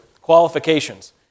qualifications